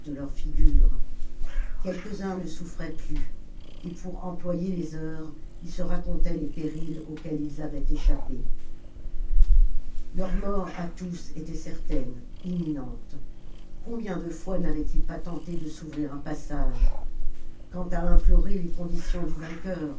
leurs figures quelquesuns ne souffraient plus et pour employer les heures ils se racontaient les périls auxquels ils avaient échappé leur mort à tous était certaine imminente combien de fois n'avaient-ils pas tenté de s'ouvrir un passage quant à nnplorer les conditions du vainqueur